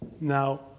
Now